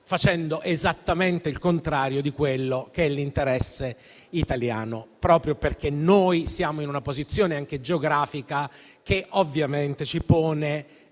facendo esattamente il contrario dell'interesse italiano, proprio perché noi siamo in una posizione anche geografica che ovviamente ci pone